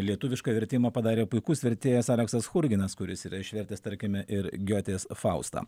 lietuvišką vertimą padarė puikus vertėjas aleksas churginas kuris yra išvertęs tarkime ir giotės faustą